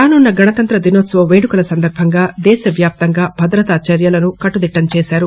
రానున్న గణతంత్ర దినోత్సవ వేడుకల సందర్భంగా దేశ వ్యాప్తంగా భద్రతా చర్యలను కట్టుదిట్టం చేశారు